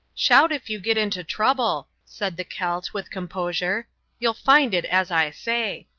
shout if you get into trouble, said the celt, with composure you will find it as i say.